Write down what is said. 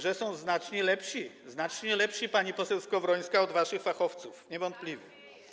że są znacznie lepsi - znacznie lepsi, pani poseł Skowrońska - od waszych fachowców niewątpliwie.